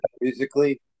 musically